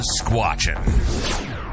squatching